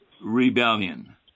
rebellion